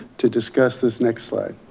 to discuss this next slide.